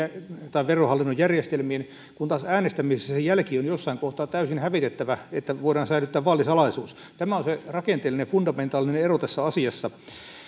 tai verohallinnon järjestelmiin kun taas äänestämisessä se jälki on jossain kohtaa täysin hävitettävä että voidaan säilyttää vaalisalaisuus tämä on se rakenteellinen fundamentaalinen ero tässä asiassa